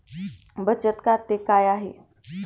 बचत खाते काय आहे?